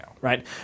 right